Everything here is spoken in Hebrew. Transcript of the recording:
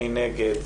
מי נגד?